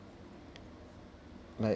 like